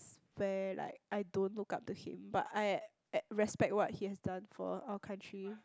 where like I don't look up to him but I eh respect what he has done for our country